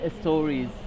stories